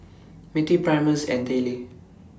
Mittie Primus and Dayle